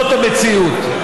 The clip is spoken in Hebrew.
זאת המציאות.